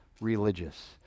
religious